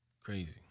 Crazy